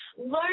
Learn